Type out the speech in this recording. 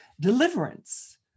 deliverance